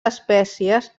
espècies